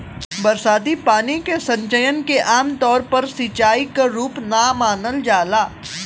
बरसाती पानी के संचयन के आमतौर पर सिंचाई क रूप ना मानल जाला